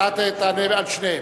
אתה תענה על שניהם.